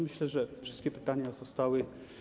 Myślę, że na wszystkie pytania zostały.